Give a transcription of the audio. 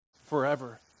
forever